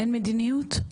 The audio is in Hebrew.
אין מדיניות?